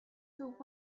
for